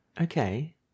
Okay